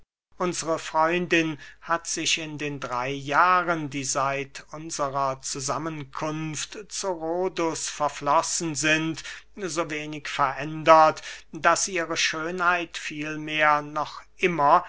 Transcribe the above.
unsre freundin hat sich in den drey jahren die seit unserer zusammenkunft zu rhodus verflossen sind so wenig verändert daß ihre schönheit vielmehr noch immer